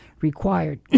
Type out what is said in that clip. required